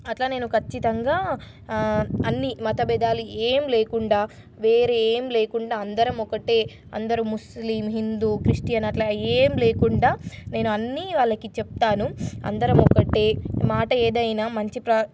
అలా నేను ఖచ్చితంగా అన్ని మత బేదాలు ఏమి లేకుండా వేరే ఏమి లేకుండా అందరం ఒకటే అందరూ ముస్లిం హిందూ క్రిస్టియన్ అలా ఏమి లేకుండా నేను అన్న వాళ్ళకి చెప్తాను అందరం ఒకటే మాట ఏదైనా మంచి ప్ర